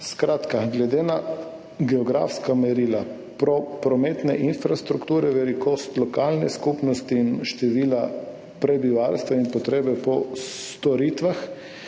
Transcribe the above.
Skratka, glede na geografska merila prometne infrastrukture, velikost lokalne skupnosti in števila prebivalstva in potrebe po storitvah